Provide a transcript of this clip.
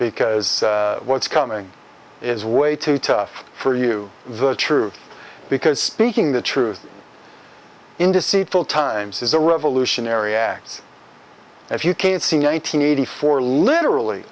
because what's coming is way too tough for you the truth because speaking the truth in deceitful times is a revolutionary act if you can see nine hundred eighty four literally